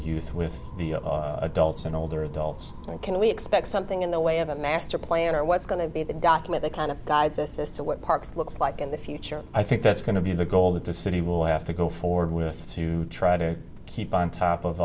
youth with the delta and older adults when can we expect something in the way of a master plan or what's going to be the document that kind of guides us as to what parks looks like in the future i think that's going to be the goal that the city will have to go forward with to try to keep on top of